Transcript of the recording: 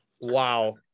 Wow